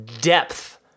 depth